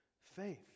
faith